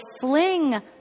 fling